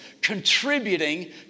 contributing